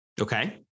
Okay